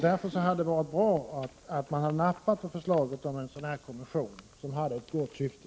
Därför hade det varit bra om man hade nappat på förslaget om en kommission, vilket hade ett gott syfte.